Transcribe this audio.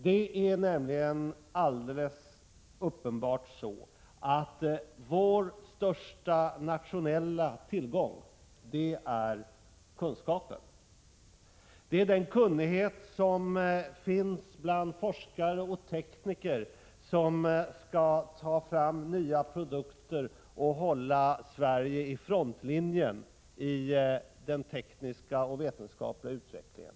Det är alldeles uppenbart att vår största nationella tillgång är kunskapen. Det gäller den kunnighet som finns bland forskare och tekniker, som skall ta fram nya produkter och hålla Sverige i frontlinjen i den tekniska och vetenskapliga utvecklingen.